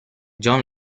john